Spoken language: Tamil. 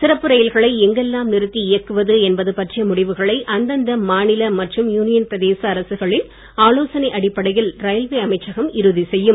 சிறப்பு ரயில்களை எங்கெல்லாம் நிறுத்தி இயக்குவது என்பது பற்றிய முடிவுகளை அந்தந்த மாநில மற்றும் யூனியன் பிரதேச அரசுகளின் ஆலோசனை அடிப்படையில் ரயில்வே அமைச்சகம் இறுதி செய்யும்